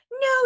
No